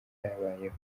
byabayeho